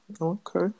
Okay